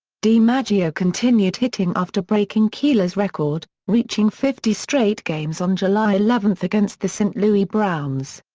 dimaggio continued hitting after breaking keeler's record, reaching fifty straight games on july eleven against the st. louis browns.